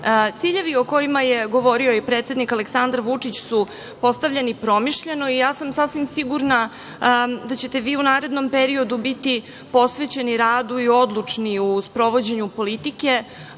o kojima je govorio i predsednik Aleksandar Vučić su postavljeni promišljeno i ja sam sasvim sigurna da ćete vi u narednom periodu biti posvećeni radu i odlučni u sprovođenju politike,